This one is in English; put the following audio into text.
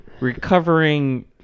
recovering